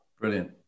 Brilliant